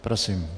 Prosím.